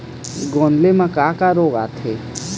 गोंदली म का का रोग आथे?